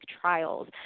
trials